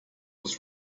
was